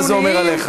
מה זה אומר עליך?